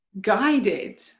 guided